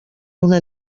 una